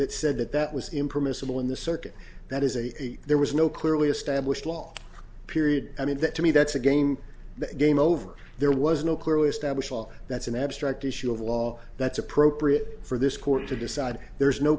that said that that was him promise a bill in the circuit that is a there was no clearly established law period i mean that to me that's a game that game over there was no clearly established law that's an abstract issue of law that's appropriate for this court to decide there's no